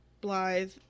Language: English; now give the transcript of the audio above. Blythe